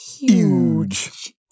huge